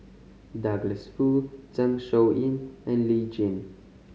Douglas Foo Zeng Shouyin and Lee Jin